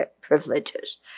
privileges